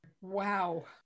Wow